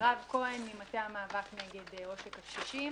ממטה המאבק בעושק הקשישים.